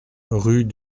rue